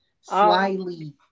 slyly